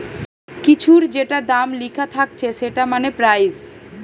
কিছুর যেটা দাম লিখা থাকছে সেটা মানে প্রাইস